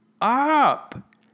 up